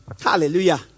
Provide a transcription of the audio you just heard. Hallelujah